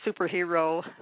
superhero